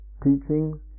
teaching